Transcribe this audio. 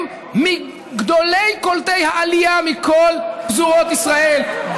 הם מגדולי קולטי העלייה מכל פזורות ישראל,